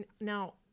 now